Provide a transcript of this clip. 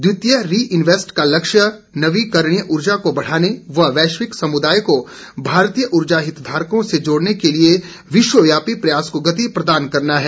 द्वितीय reinvest का लक्ष्य नवीकरणीय उर्जा को बढ़ाने व वैश्विक समुदाय को भारतीय उर्जा हितधारकों से जोड़ने के लिए विश्वव्यापी प्रयास को गति प्रदान करना है